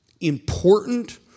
important